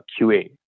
QA